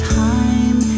time